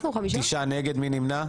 מי נמנע?